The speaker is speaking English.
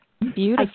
Beautiful